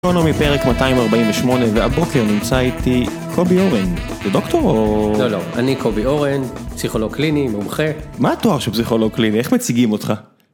ראשונו מפרק 248, והבוקר נמצא איתי קובי אורן, זה דוקטור או... לא לא, אני קובי אורן, פסיכולוג קליני, מומחה. מה התואר של פסיכולוג קליני, איך מציגים אותך?